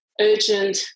urgent